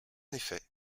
effet